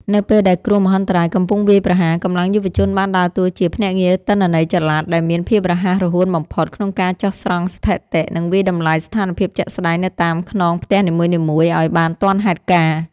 នៅពេលដែលគ្រោះមហន្តរាយកំពុងវាយប្រហារ កម្លាំងយុវជនបានដើរតួជា ភ្នាក់ងារទិន្នន័យចល័ត ដែលមានភាពរហ័សរហួនបំផុត ក្នុងការចុះស្រង់ស្ថិតិ និងវាយតម្លៃស្ថានភាពជាក់ស្ដែងនៅតាមខ្នងផ្ទះនីមួយៗឱ្យបានទាន់ហេតុការណ៍។